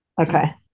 Okay